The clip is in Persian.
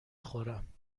خورم